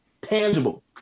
tangible